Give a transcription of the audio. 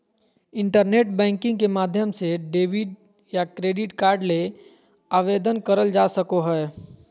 internet banking के माध्यम से डेबिट या क्रेडिट कार्ड ले आवेदन करल जा सको हय